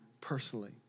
personally